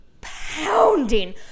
pounding